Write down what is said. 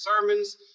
sermons